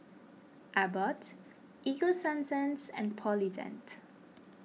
Abbott Ego Sunsense and Polident